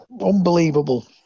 unbelievable